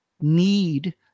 need